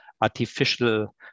artificial